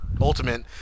ultimate